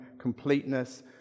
completeness